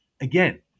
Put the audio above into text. Again